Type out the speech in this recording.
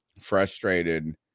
frustrated